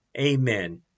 Amen